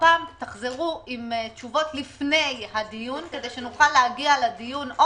תחזרו עם תשובות לפני הדיון כדי שנוכל להגיע לדיון או